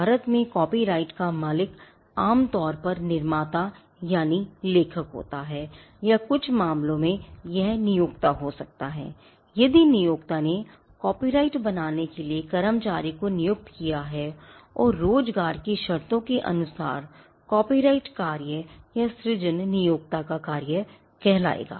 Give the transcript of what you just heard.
भारत में कॉपीराइट का मालिक आमतौर पर निर्माता यानि लेखक होता है या कुछ मामलों में यह नियोक्ता हो सकता है यदि नियोक्ता ने कॉपीराइट बनाने के लिए कर्मचारी को नियुक्त किया है और रोजगार की शर्तों के अनुसार कॉपीराइट कार्य या सृजन नियोक्ता का कार्य कहलाएगा